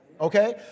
Okay